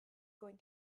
going